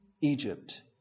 Egypt